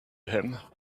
him